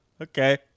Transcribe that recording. okay